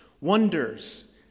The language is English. wonders